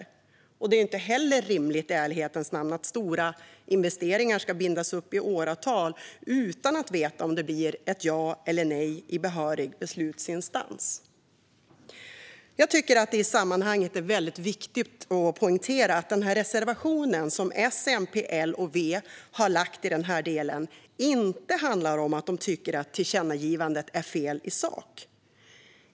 I ärlighetens namn är det inte heller rimligt att stora investeringar ska bindas upp i åratal utan att man vet om det blir ett ja eller nej i behörig beslutsinstans. Jag tycker att det i sammanhanget är viktigt att poängtera att den reservation som S, MP, L och V har lämnat i denna del inte handlar om att de tycker att tillkännagivandet är fel i sak.